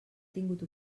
tingut